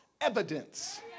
evidence